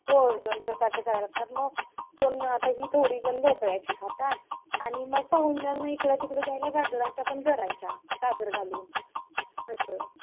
हो दोन प्रकारच्या करायला लागतात मग पण आता ही थोडीजणं भोपळायची खातात आणि मग पाहूण्यांना इकडं तिकडं द्यायला गाजराच्या पण करायच्या गाजर घालून असं